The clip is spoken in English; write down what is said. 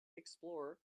explorer